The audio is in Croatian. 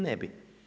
Ne bi.